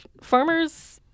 farmers